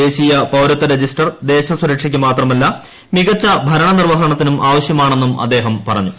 ദേശീയ പൌരത്വ രജിസ്റ്റർ ദേശസുരക്ഷയ്ക്ക് മാത്രമല്ല മികച്ച ഭരണനിർവ്വഹണത്തിനും ആവശ്യമാണെന്നും അദ്ദേഹം പറഞ്ഞു